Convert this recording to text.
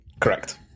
Correct